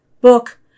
book